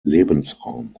lebensraum